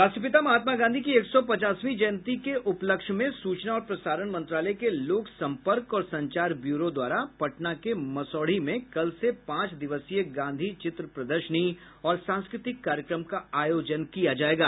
राष्ट्रपिता महात्मा गांधी की एक सौ पचासवीं जयंती के उपलक्ष्य में सूचना और प्रसारण मंत्रालय के लोक संपर्क और संचार ब्यूरो द्वारा पटना के मसौढ़ी में कल से पांच दिवसीय गांधी चित्र प्रदर्शनी और सांस्कृतिक कार्यक्रम का आयोजन किया जायेगा